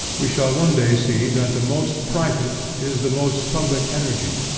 we shall one day see that the most private is the most public energy,